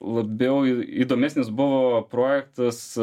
labiau įdomesnis buvo projektas